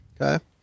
okay